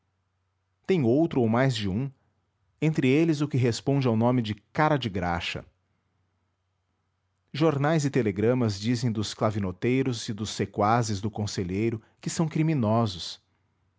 tem outro ou mais de um entre eles o que responde ao nome de cara de graxa jornais e telegramas dizem dos clavinoteiros e dos sequazes do conselheiro que são criminosos